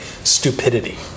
stupidity